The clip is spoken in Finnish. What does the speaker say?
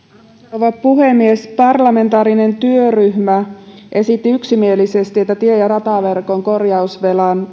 rouva puhemies parlamentaarinen työryhmä esitti yksimielisesti että tie ja rataverkon korjausvelan